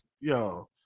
Yo